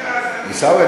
עיסאווי,